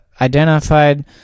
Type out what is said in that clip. identified